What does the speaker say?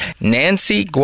Nancy